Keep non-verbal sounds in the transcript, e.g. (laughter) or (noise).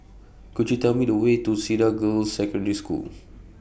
Could YOU Tell Me The Way to Cedar Girls' Secondary School (noise)